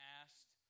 asked